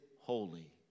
holy